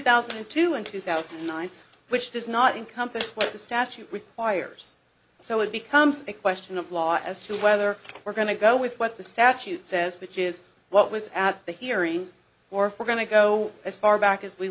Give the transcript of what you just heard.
thousand and two and two thousand and nine which does not encompass what the statute requires so it becomes a question of law as to whether we're going to go with what the statute says which is what was at the hearing or we're going to go as far back as we